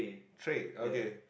tray okay